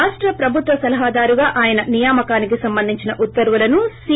రాష్ట ప్రభుత్వ సలహాదారుగా ఆయన నియామకానికి సంబంధించిన ఉత్తర్యులను సీ